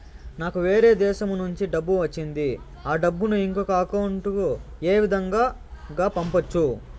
నాకు వేరే దేశము నుంచి డబ్బు వచ్చింది ఆ డబ్బును ఇంకొక అకౌంట్ ఏ విధంగా గ పంపొచ్చా?